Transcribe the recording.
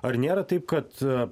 ar nėra taip kad a